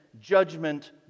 judgment